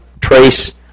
trace